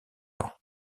ans